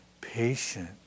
patient